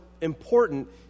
important